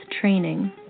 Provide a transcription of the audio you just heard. training